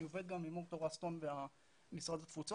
אני עובד גם עם אור תורה סטון ומשרד התפוצות,